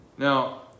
Now